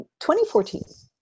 2014